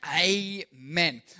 Amen